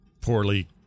poorly